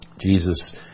Jesus